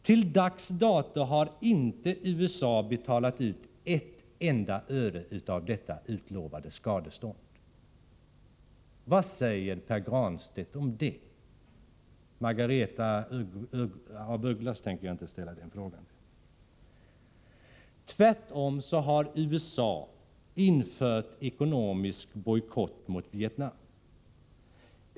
Till dags dato har USA inte betalat ett enda öre av detta utlovade skadestånd. Vad säger Pär Granstedt om det? Till Margaretha af Ugglas tänker jag inte ställa den frågan. Tvärtom har USA infört ekonomisk bojkott mot Vietnam.